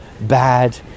bad